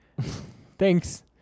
Thanks